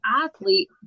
athlete